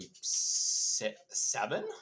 seven